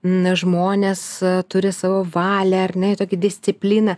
n žmonės turi savo valią ar ne ir tokią discipliną